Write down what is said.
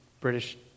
British